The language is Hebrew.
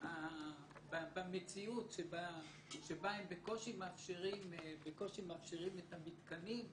במציאות שבה הם בקושי מאפשרים את המתקנים,